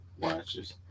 watches